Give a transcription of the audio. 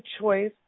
choice